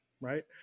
right